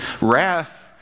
Wrath